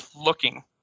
looking